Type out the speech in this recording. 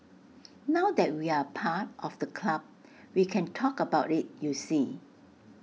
now that we're part of the club we can talk about IT you see